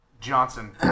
Johnson